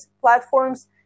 platforms